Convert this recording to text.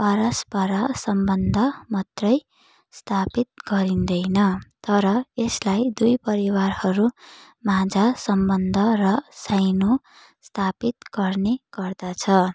परस्पर सम्बन्ध मात्रै स्थापित गरिँदैन तर यसलाई दुवै परिवारहरूमाझ सम्बन्ध र साइनो स्थापित गर्ने गर्दछ